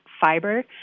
fiber